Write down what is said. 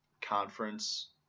conference –